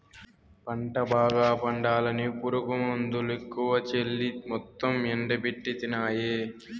పంట బాగా పండాలని పురుగుమందులెక్కువ చల్లి మొత్తం ఎండబెట్టితినాయే